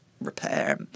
repair